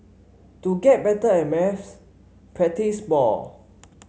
to get better at maths practise more